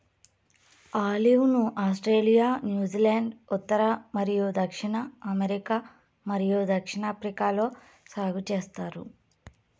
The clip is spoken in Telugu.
ఆలివ్ ను ఆస్ట్రేలియా, న్యూజిలాండ్, ఉత్తర మరియు దక్షిణ అమెరికా మరియు దక్షిణాఫ్రికాలో సాగు చేస్తారు